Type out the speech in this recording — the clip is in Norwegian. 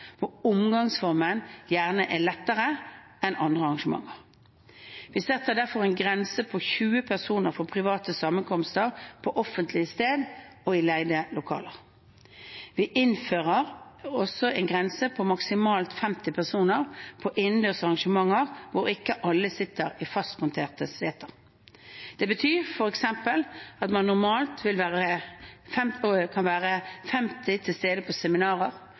omgangsformen gjerne er tettere enn ved andre arrangementer. Vi setter derfor en grense på 20 personer for private sammenkomster på offentlige steder og i leide lokaler. Vi innfører også en grense på maksimalt 50 personer på innendørs arrangementer der ikke alle sitter i fastmonterte seter. Det betyr f.eks. at man normalt kan være 50 til stede på seminarer,